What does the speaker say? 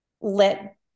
let